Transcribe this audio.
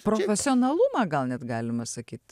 profesionalumą gal net galima sakyt